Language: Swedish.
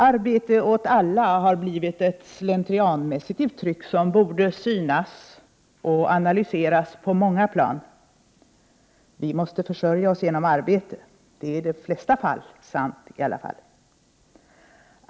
”Arbete åt alla” har blivit ett slentrianmässigt uttryck, som borde synas och analyseras på många plan. Vi måste försörja oss genom arbete — det är i de flesta fall sant.